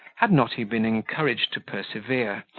had not he been encouraged to persevere,